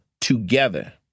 together